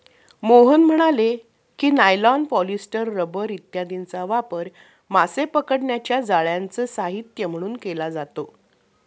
मोहन म्हणाले की, nylon, polyester, rubber इत्यादींचा वापर मासे पकडण्याच्या जाळ्यांचे साहित्य म्हणून केला जातो